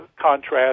contrast